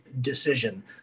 decision